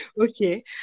Okay